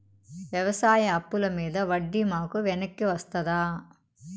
వ్యవసాయ అప్పుల మీద వడ్డీ మాకు వెనక్కి వస్తదా?